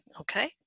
okay